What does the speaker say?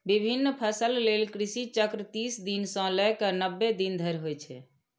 विभिन्न फसल लेल कृषि चक्र तीस दिन सं लए कए नब्बे दिन धरि होइ छै